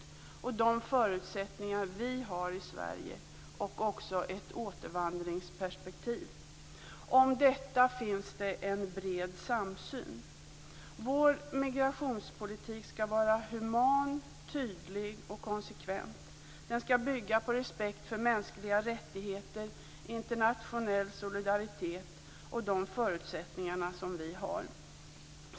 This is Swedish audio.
Den skall bygga på de förutsättningar vi har i Sverige, och den skall ha ett återvandringsperspektiv. Om detta finns en bred samsyn. Vår migrationspolitik skall vara human, tydlig och konsekvent. Den skall bygga på respekt för mänskliga rättigheter, internationell solidaritet och de förutsättningar vi har i Sverige.